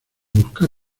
buscar